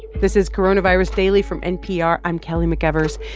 this is coronavirus daily from npr. i'm kelly mcevers.